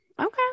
okay